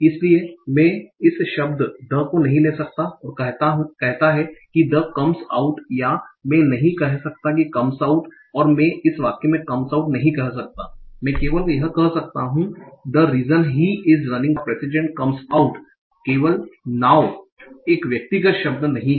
इसलिए मैं इस शब्द द को नहीं ले सकता और कहता है कि द कम्स आउट या मैं नहीं कह सकता कि कम्स आउट और मैं इस वाक्य में कम्स आउट नहीं कह सकता मैं केवल यह कह सकता हूं कि the reason he is running for president comes out केवल नोव एक व्यक्तिगत शब्द नहीं है